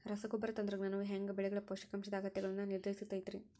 ರಸಗೊಬ್ಬರ ತಂತ್ರಜ್ಞಾನವು ಹ್ಯಾಂಗ ಬೆಳೆಗಳ ಪೋಷಕಾಂಶದ ಅಗತ್ಯಗಳನ್ನ ನಿರ್ಧರಿಸುತೈತ್ರಿ?